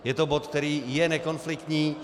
Je to bod, který je nekonfliktní.